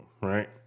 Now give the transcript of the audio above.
right